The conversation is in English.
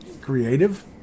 creative